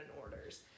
orders